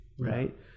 right